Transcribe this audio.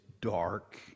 dark